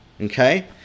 okay